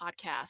podcast